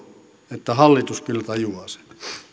että hallitus kyllä tajuaa sen